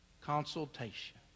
consultation